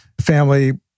Family